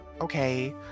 okay